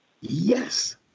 Yes